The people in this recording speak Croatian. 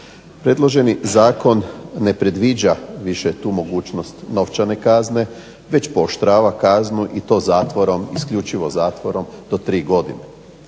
Predloženi zakon ne predviđa više tu mogućnost novčane kazne već pooštrava kaznu i to zatvorom isključivo zatvorom do tri godine.